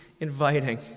inviting